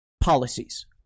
policies